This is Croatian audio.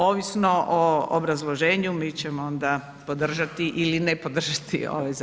Ovisno o obrazloženju mi ćemo onda podržati ili ne podržati ovaj Zakon.